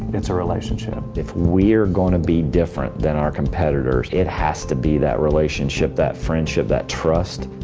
it's a relationship. if we're gonna be different than our competitors, it has to be that relationship, that friendship, that trust.